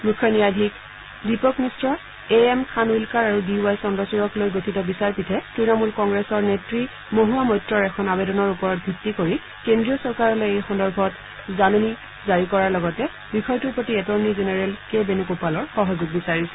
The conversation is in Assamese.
মুখ্য ন্যায়াধীশ এ এম খানৱিলকাৰ আৰু ডি ৱাই চন্দ্ৰচূড়ক লৈ গঠিত বিচাৰপীঠে ত়ণমূল কংগ্ৰেছৰ সাংসদ মাহুৱা মৈত্ৰৰ এখন আবেদনৰ ওপৰত ভিত্তি কৰি কেন্দ্ৰীয় চৰকাৰলৈ এই সন্দৰ্ভত জাননী জাৰী কৰাৰ লগতে বিষয়টোৰ প্ৰতি এটৰ্ণি জেনেৰেল কে কে বেনুগোপালৰ সহযোগ বিচাৰিছে